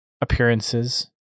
appearances